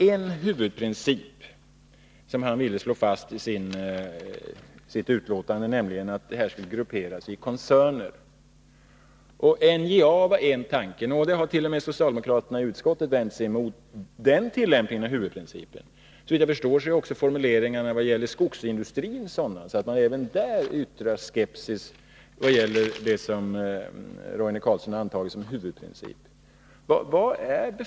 En huvudprincip ville Roine Carlsson slå fast, nämligen att det skulle vara en gruppering i koncerner. En tanke gällde NJA. Men t.o.m. socialdemokraterna i utskottet har vänt sig emot en sådan tillämpning av huvudprincipen. Såvitt jag förstår är också formuleringarna om skogsindustrin sådana att man även i det avseendet ger uttryck för skepsis inför det som Roine Carlsson har antagit som huvudprincip.